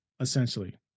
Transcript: Essentially